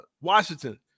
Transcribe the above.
Washington